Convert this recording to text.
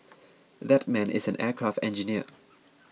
that man is an aircraft engineer